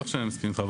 בטח שאני מסכים איתך,